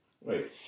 Wait